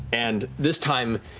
and this time,